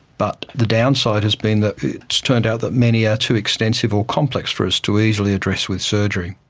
but the downside has been that it's turned out that many are too extensive or complex for us to easily address with surgery.